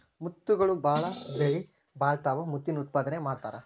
ಮುತ್ತುಗಳು ಬಾಳ ಬೆಲಿಬಾಳತಾವ ಮುತ್ತಿನ ಉತ್ಪಾದನೆನು ಮಾಡತಾರ